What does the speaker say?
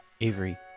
Avery